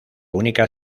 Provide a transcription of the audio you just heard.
única